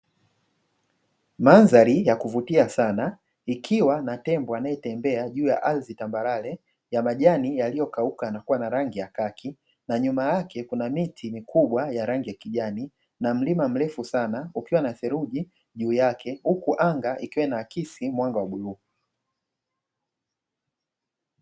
Mandhari ya kuvutia sana, ikiwa na tembo anayetembea juu ya ardhi tambarare ya majani yaliyokauka na kuwa na rangi ya kaki, na nyuma yake kuna miti mikubwa ya rangi ya kijani, na mlima mrefu sana ukiwa na theluji juu yake huku anga ikiwa inaakisi mwanga wa bluu.